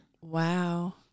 wow